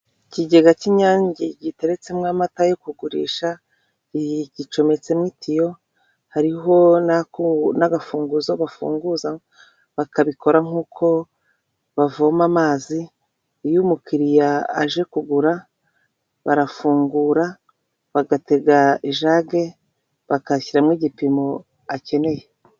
Ikigega cy'inyange giteretsemo amata yo kugurisha, gicometsemo itiyo hariho n'agafunguzo bafunguza bakabikora nka bavoma amazi, iyo umukiriya aje kugura barafungura bagatega ijage bagashyiramo igipimo akeneye.